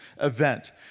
event